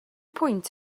pwynt